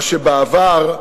מה שבעבר,